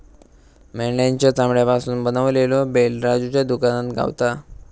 मेंढ्याच्या चामड्यापासून बनवलेलो बेल्ट राजूच्या दुकानात गावता